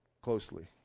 closely